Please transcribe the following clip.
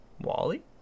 Wally